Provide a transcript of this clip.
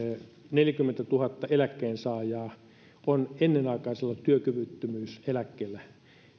neljäkymmentätuhatta eläkkeensaajaa on ennenaikaisella työkyvyttömyyseläkkeellä